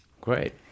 Great